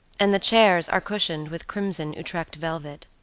and the chairs are cushioned with crimson utrecht velvet.